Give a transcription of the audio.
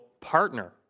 partner